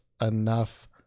enough